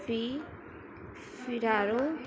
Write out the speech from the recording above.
ਫੀ ਫੀਰਾਰੂ